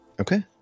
okay